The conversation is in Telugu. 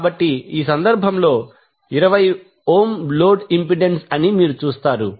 కాబట్టి ఈ సందర్భంలో 20 ఓం లోడ్ ఇంపెడెన్స్ అని మీరు చూస్తారు